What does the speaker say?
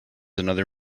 another